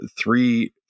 three